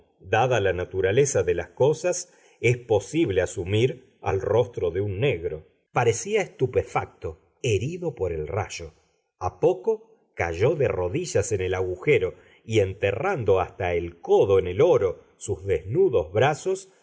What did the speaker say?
dada la naturaleza de las cosas es posible asumir al rostro de un negro parecía estupefacto herido por el rayo a poco cayó de rodillas en el agujero y enterrando hasta el codo en el oro sus desnudos brazos